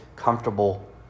comfortable